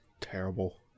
terrible